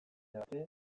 arte